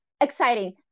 exciting